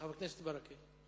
חבר הכנסת ברכה.